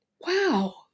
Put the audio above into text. wow